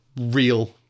real